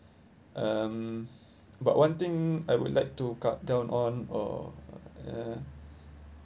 um but one thing I would like to cut down on or uh